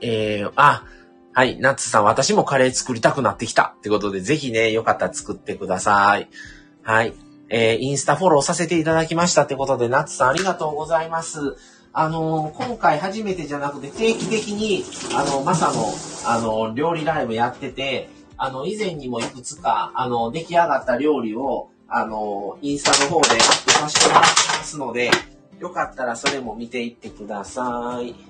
えー、あ、はい、ナッツさん、私もカレー作りたくなってきた。ってことで、ぜひね、よかったら作ってください。はい。えー、インスタフォローさせていただきました。ってことで、ナッツさん、ありがとうございます。あのー、今回初めてじゃなくて、定期的に、あの、マサの、あの、料理ライブやってて、あの、以前にもいくつか、あの、出来上がった料理を、あの、インスタの方でアップさせてもらってますので、よかったらそれも見ていってください。